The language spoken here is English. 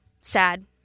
sad